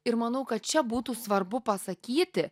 ir manau kad čia būtų svarbu pasakyti